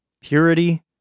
purity